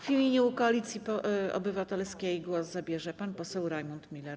W imieniu Koalicji Obywatelskiej głos zabierze pan poseł Rajmund Miller.